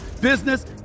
business